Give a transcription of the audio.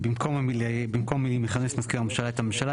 במקום המילים 'יכנס מזכיר הממשלה את הממשלה'